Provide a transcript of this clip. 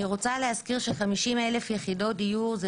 אני רוצה להזכיר ש-50,000 יחידות דיור זה